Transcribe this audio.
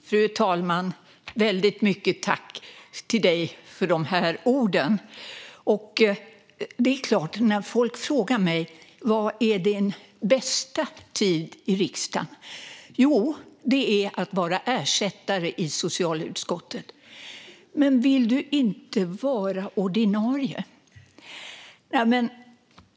Fru talman! Stort tack till dig för de orden, Anders W Jonsson! När folk frågar mig vilken som har varit min bästa tid i riksdagen svarar jag att det är när jag har varit ersättare i socialutskottet. Då får jag frågan: Men vill du inte vara ordinarie?